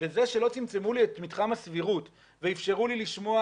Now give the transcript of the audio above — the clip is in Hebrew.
בזה שלא צמצמו לי את מתחם הסבירות ואפשרו לי לשמוע